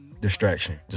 Distraction